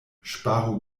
ŝparu